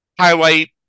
highlight –